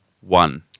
one